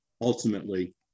ultimately